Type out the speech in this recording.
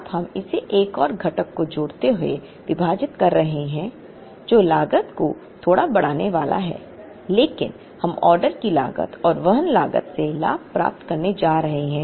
अब हम इसे एक और घटक को जोड़ते हुए विभाजित कर रहे हैं जो लागत को थोड़ा बढ़ाने वाला है लेकिन हम ऑर्डर की लागत और वहन लागत से लाभ प्राप्त करने जा रहे हैं